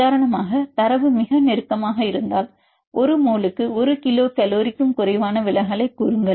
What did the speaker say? உதாரணமாக தரவு மிக நெருக்கமாக இருந்தால் ஒரு மோலுக்கு 1 கிலோ கலோரிக்கும்1Kcalmole குறைவான விலகலைக் கூறுங்கள்